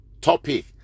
topic